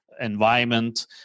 environment